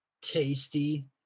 tasty